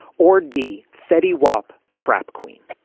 or d fedi wop trap queen.